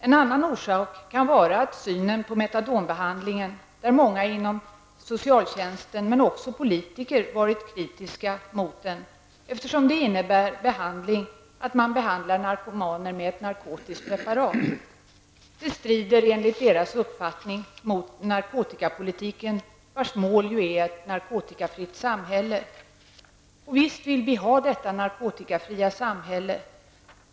En annan orsak kan vara synen på metadonbehandlingen. Många inom socialtjänsten, men också politiker, har varit kritiska mot den, eftersom den innebär att man behandlar narkomaner med ett narkotiskt preparat. Det strider enligt deras uppfattning mot narkotikapolitiken, vars mål ju är ett narkotikafritt samhälle. Visst vill vi ha detta narkotikafria samhälle.